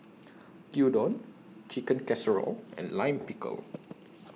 Gyudon Chicken Casserole and Lime Pickle